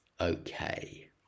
Okay